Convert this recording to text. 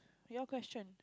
your question